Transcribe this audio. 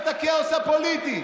אל תעסוק בפוליטיקה.